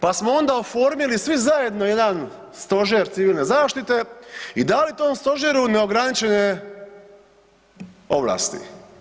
Pa smo onda oformili svi zajedno jedan stožer civilne zaštite i dali tom stožeru neograničene ovlasti.